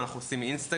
אנחנו עושים "אינסטגרם",